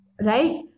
right